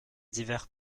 divers